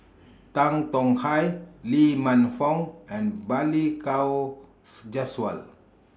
Tan Tong Hye Lee Man Fong and Balli Kaur Jaswal